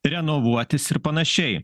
renovuotis ir panašiai